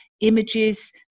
images